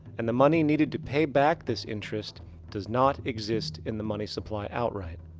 and the money needed to pay back this interest does not exist in the money supply outright.